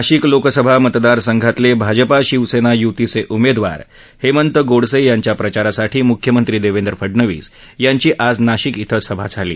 नाशिक लोकसभा मतदारसंघातले भाजपा शिवसेना युतीचे उमेदवार हेमंत गोडसे यांच्या प्रचारासाठी मुख्यमंत्री देवेंद्र फडनवीस यांची आज नाशिक इथं सभा झाली